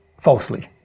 Falsely